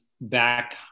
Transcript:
back